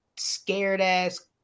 scared-ass